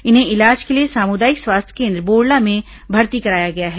इन्हें इलाज के लिए सामुदायिक स्वास्थ्य केन्द्र बोड़ला में भर्ती कराया गया है